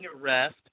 arrest